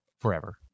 forever